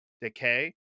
decay